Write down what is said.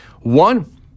One